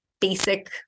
basic